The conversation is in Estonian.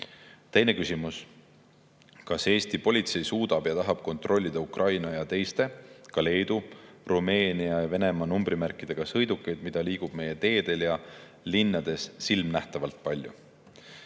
puhul. Teine küsimus: kas Eesti politsei suudab ja tahab kontrollida Ukraina ja teiste, ka Leedu, Rumeenia ja Venemaa numbrimärkidega sõidukeid, mida liigub meie teedel ja linnades silmanähtavalt palju?